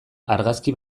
argazki